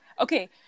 Okay